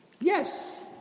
Yes